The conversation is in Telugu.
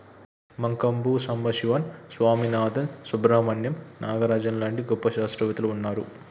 మంకంబు సంబశివన్ స్వామినాధన్, సుబ్రమణ్యం నాగరాజన్ లాంటి గొప్ప శాస్త్రవేత్తలు వున్నారు